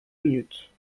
minutes